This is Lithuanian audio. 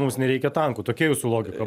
mums nereikia tankų tokia jūsų logika